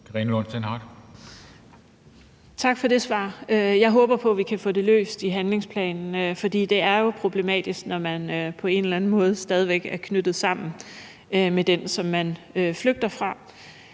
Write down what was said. Tak for det svar. Jeg håber på, at vi kan få det løst i handlingsplanen, for det er jo problematisk, når man på en eller anden måde stadig væk er knyttet sammen med den, som man flygter fra.